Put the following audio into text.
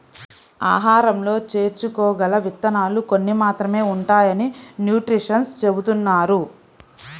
ఆహారంలో చేర్చుకోగల విత్తనాలు కొన్ని మాత్రమే ఉంటాయని న్యూట్రిషన్స్ చెబుతున్నారు